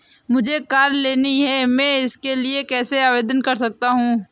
मुझे कार लेनी है मैं इसके लिए कैसे आवेदन कर सकता हूँ?